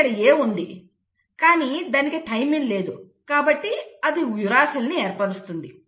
ఇక్కడ A ఉంది కానీ దానికి థైమిన్ లేదు కాబట్టి అది యురేసిల్ను ఏర్పరుస్తుంది